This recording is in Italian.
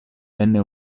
venne